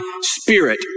spirit